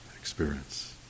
experience